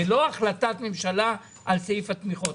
זה לא החלטת ממשלה על סעיף התמיכות.